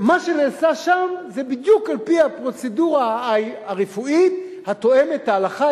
מה שנעשה שם זה בדיוק על-פי הפרוצדורה הרפואית התואמת את ההלכה,